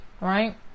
Right